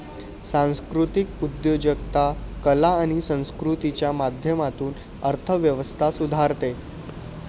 सांस्कृतिक उद्योजकता कला आणि संस्कृतीच्या माध्यमातून अर्थ व्यवस्था सुधारते